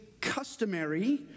customary